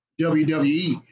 WWE